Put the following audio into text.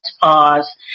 pause